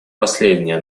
последняя